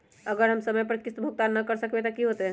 अगर हम समय पर किस्त भुकतान न कर सकवै त की होतै?